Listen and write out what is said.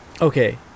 Okay